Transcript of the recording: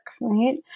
right